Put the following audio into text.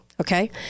okay